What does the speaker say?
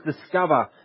discover